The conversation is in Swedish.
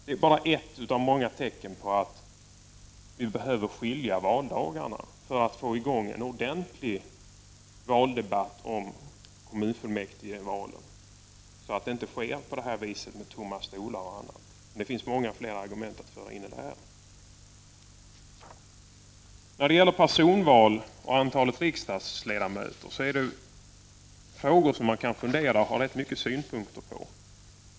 Det är bara ett av många tecken på att vi behöver ha skilda valdagar för att få i gång en ordentlig debatt med anledning av kommunfullmäktigevalen. Detta är nödvändigt för att vi inte skall få en sådan här situation med tomma stolar. Men det finns även många andra argument. Frågan om personval och antalet riksdagsledamöter kan man fundera över och ha rätt många synpunkter på.